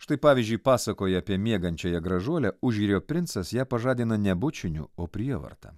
štai pavyzdžiui pasakoja apie miegančiąją gražuolę užjūrio princas ją pažadina ne bučiniu o prievarta